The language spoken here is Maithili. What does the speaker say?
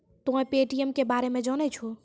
तोंय पे.टी.एम के बारे मे जाने छौं?